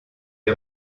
est